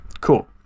Cool